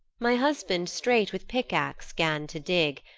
my husband straight with pickaxe gan to dig,